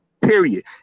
Period